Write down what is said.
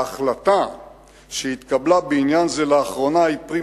ההחלטה שהתקבלה בעניין זה לאחרונה היא פרי